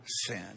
sin